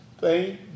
Thank